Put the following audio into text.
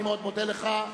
אני מאוד מודה לך.